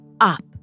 up